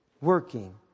working